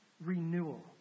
renewal